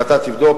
ואתה תבדוק,